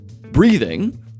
Breathing